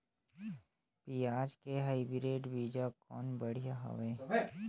पियाज के हाईब्रिड बीजा कौन बढ़िया हवय?